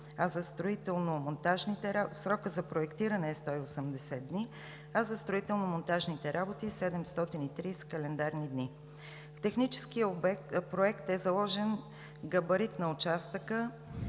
Срокът за проектиране е 180 дни, а за строително-монтажните работи 730 календарни дни. В техническия проект е заложен габарит на участъка